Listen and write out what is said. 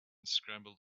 scrambled